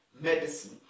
Medicine